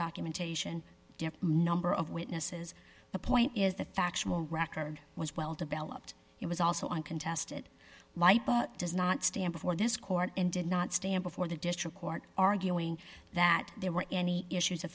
documentation number of witnesses the point is the factual record was well developed it was also uncontested light does not stand before this court and did not stand before the district court arguing that there were any issues